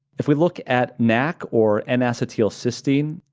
if we look at nac, or n-acetyl cysteine,